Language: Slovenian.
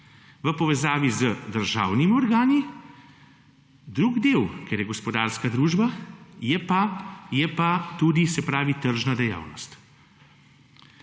v povezavi z državnimi organi. Drugi del, ker je gospodarska družba je pa tudi se pravi tržna dejavnost.